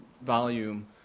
volume